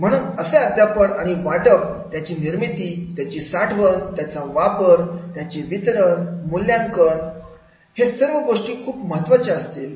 आणि म्हणून असे अध्यापन आणि वाटप त्याची निर्मिती त्याची साठवण आणि त्याचा वापर त्यांचे वितरण मूल्यांकन पण ही सर्व खूप खूप महत्त्वाचे असेल